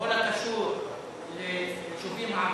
בכל הקשור ליישובים הערביים,